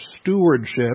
stewardship